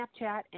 Snapchat